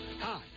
Hi